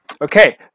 Okay